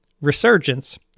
Resurgence